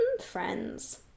friends